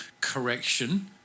correction